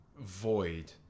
void